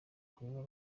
kunywa